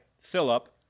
Philip